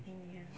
mm ya